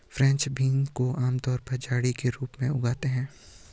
French beans को आमतौर पर झड़ी के रूप में उगाते है